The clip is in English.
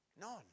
None